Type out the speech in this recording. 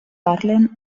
parlen